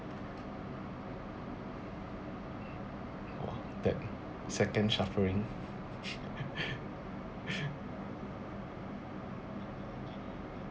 oh that second shuffling